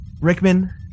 Rickman